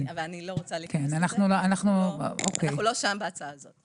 אנחנו לא שם בהצעה הזאת.